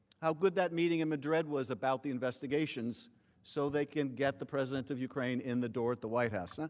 how good that meeting with and madrid was about the investigations so they can get the president of ukraine in the door at the white house.